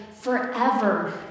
forever